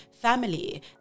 family